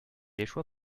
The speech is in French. échoua